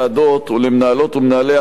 ולמנהלות ולמנהלי הסיעות,